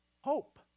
hope